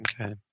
Okay